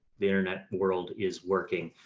the internet world is working.